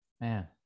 Man